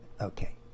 Okay